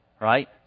right